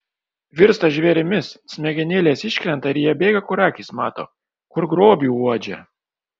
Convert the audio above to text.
virsta žvėrimis smegenėlės iškrenta ir jie bėga kur akys mato kur grobį uodžia